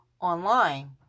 online